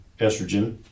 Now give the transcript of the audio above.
estrogen